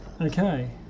Okay